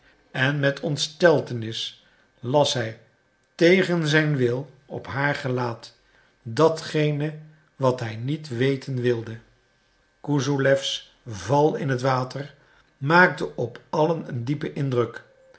en met ontsteltenis las hij tegen zijn wil op haar gelaat datgene wat hij niet weten wilde kusowlews val in het water maakte op allen een diepen indruk